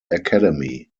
academy